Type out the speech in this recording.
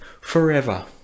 forever